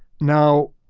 now,